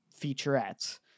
featurettes